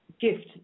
gift